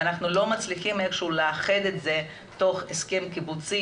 ואנחנו לא מצליחים לאחד את זה לתוך הסכם קיבוצי